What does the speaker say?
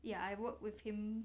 ya I work with him